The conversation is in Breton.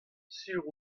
sur